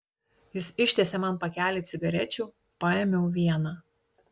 jis ištiesė man pakelį cigarečių paėmiau vieną